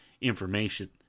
information